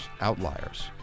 outliers